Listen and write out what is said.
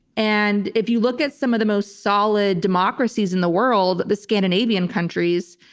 and if you look at some of the most solid democracies in the world, the scandinavian countries,